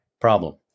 problem